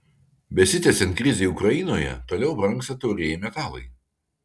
besitęsiant krizei ukrainoje toliau brangsta taurieji metalai